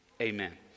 amen